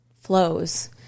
flows